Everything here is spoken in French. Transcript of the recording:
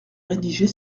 rédiger